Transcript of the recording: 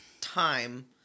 time